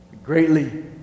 Greatly